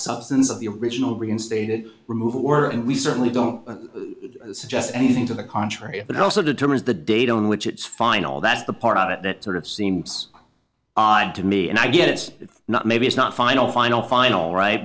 substance of the original reinstated removal were and we certainly don't suggest anything to the contrary but it also determines the date on which it's final that's the part of it that sort of seems odd to me and i guess if not maybe it's not final final final right